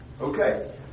Okay